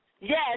Yes